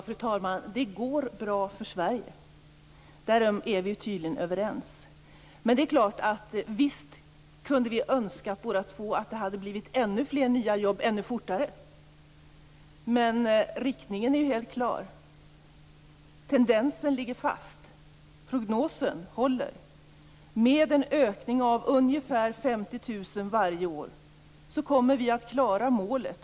Fru talman! Det går bra för Sverige - därom är vi tydligen överens. Men visst kunde vi båda två önska att det hade blivit ännu fler nya jobb ännu fortare. Men riktningen är helt klar. Tendensen ligger fast. Prognosen håller. Med en ökning med ungefär 50 000 jobb varje år kommer vi att klara målet.